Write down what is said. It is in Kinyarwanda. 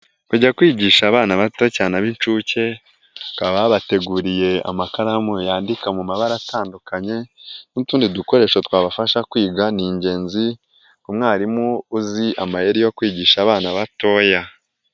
Kujya kwigisha abana bato cyane ab'incuke, ukaba wabateguriye amakaramu yandika mu mabara atandukanye, n'utundi dukoresho twabafasha kwiga ni ingenzi, ku mwarimu uzi amayeri yo kwigisha abana batoya.